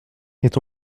est